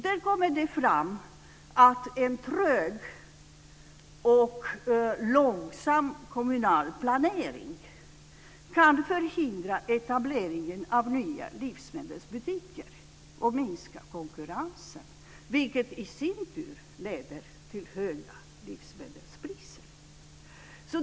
Där framgår det att en trög och långsam kommunal planering kan förhindra etableringen av nya livsmedelsbutiker och minska konkurrensen, vilket i sin tur leder till höga livsmedelspriser.